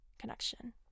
connection